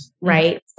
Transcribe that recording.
Right